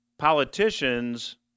Politicians